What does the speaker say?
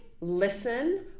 listen